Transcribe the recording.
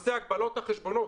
נושא הגבלות החשבונות,